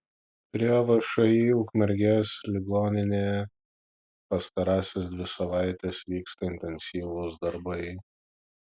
prie všį ukmergės ligoninė pastarąsias dvi savaites vyksta intensyvūs darbai